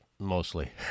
mostly